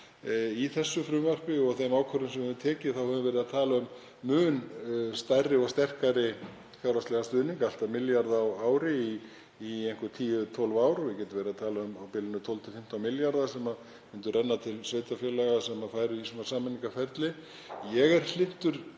Í þessu frumvarpi og þeim ákvörðunum sem við höfum tekið höfum við verið að tala um mun stærri og sterkari fjárhagslegan stuðning, allt að milljarð á ári í tíu, tólf ár og við getum verið að tala um að á bilinu 12–15 milljarðar myndu renna til sveitarfélaga sem færu í svona sameiningarferli.